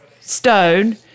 stone-